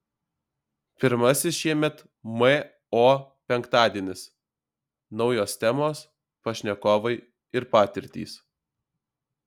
pirmasis šiemet mo penktadienis naujos temos pašnekovai ir patirtys